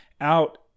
out